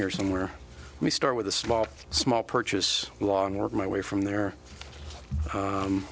here somewhere we start with a small small purchase long work my way from there